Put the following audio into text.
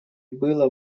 было